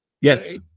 Yes